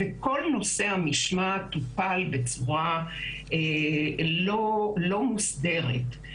וכל נושא המשמעת טופל בצורה לא מוסדרת.